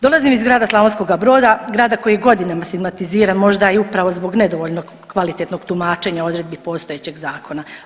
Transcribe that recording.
Dolazim iz grada Slavonskoga Broda, grada koji godinama stigmatiziran i možda i upravo zbog nedovoljno kvalitetnog tumačenja odredbi postojećeg Zakona.